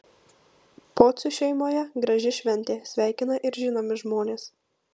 pocių šeimoje graži šventė sveikina ir žinomi žmonės